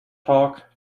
talk